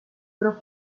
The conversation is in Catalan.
però